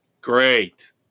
Great